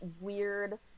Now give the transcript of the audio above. weird